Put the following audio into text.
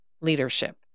leadership